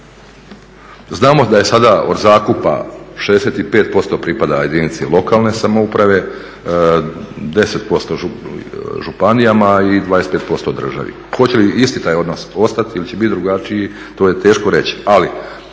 Znamo da je sada od zakupa 65% pripada jedinici lokalne samouprave, 10% županijama i 25% državi. Hoće li isti taj odnos ostati ili će biti drugačiji to je teško reći.